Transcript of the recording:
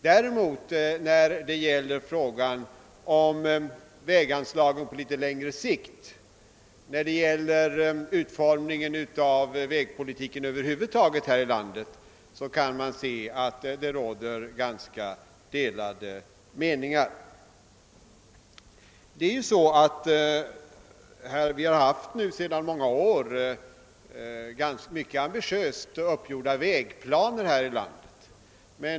När det däremot gäller frågan om väganslagen på litet längre sikt och när det gäller utformningen av vägpolitiken över huvud taget råder det delade meningar. Vi har sedan många år haft mycket ambitiöst uppgjorda vägplaner här i landet.